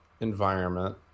environment